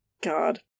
God